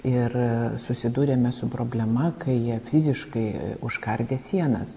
ir susidūrėme su problema kai jie fiziškai užkardė sienas